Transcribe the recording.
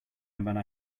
matter